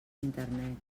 internet